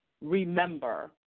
remember